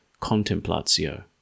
contemplatio